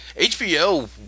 HBO